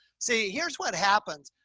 see here's what happens.